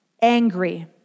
angry